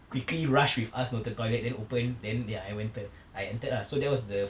quickly rushed with us you know to the toilet then open then I ente~ I entered ah so that was the